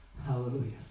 hallelujah